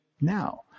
now